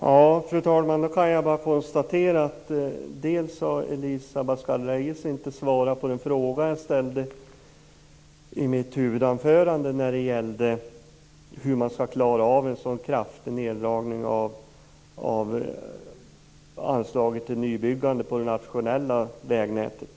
Fru talman! Jag kan bara konstatera att Elisa Abascal Reyes inte har svarat på den fråga jag ställde i mitt huvudanförande om hur man skall klara av en så kraftig neddragning av anslaget till nybyggande på det nationella vägnätet.